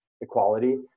equality